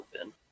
open